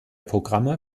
programme